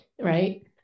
right